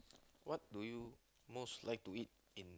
what do you most like to eat in